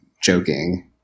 joking